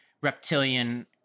reptilian